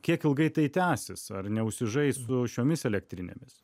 kiek ilgai tai tęsis ar neužsižais su šiomis elektrinėmis